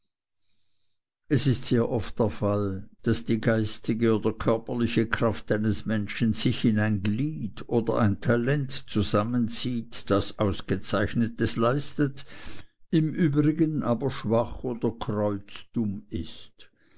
es ist sehr oft der fall daß die geistige und körperliche kraft eines menschen sich in ein glied oder ein talent zusammenzieht da ausgezeichnetes leistet im übrigen aber schwach oder kreuzdumm ist